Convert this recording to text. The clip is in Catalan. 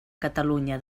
catalunya